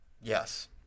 Yes